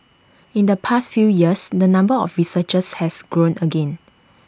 in the past few years the number of researchers has grown again